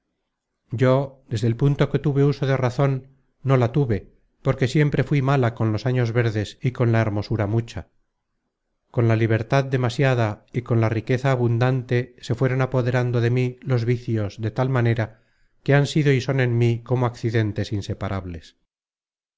yo desde el punto que tuve uso de razon no la tuve porque siempre fuí mala con los años verdes y con la hermosura mucha con la libertad demasiada y con la riqueza abundante se fueron apoderando de mí los vicios de tal manera que han sido y son en mí como accidentes inseparables